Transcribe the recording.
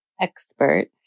expert